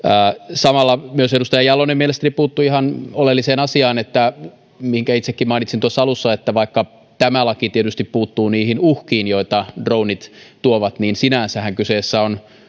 samalla myös edustaja jalonen mielestäni puuttui ihan oleelliseen asiaan minkä itsekin mainitsin tuossa alussa että vaikka tämä laki tietysti puuttuu niihin uhkiin joita dronet tuovat niin sinänsähän kyseessä on